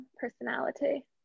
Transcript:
personality